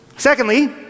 Secondly